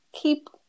keep